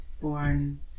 born